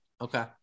okay